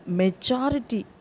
majority